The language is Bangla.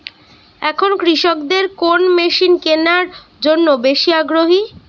এখন কৃষকদের কোন মেশিন কেনার জন্য বেশি আগ্রহী?